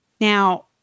Now